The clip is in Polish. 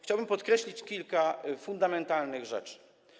Chciałbym podkreślić kilka fundamentalnych rzeczy.